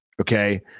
Okay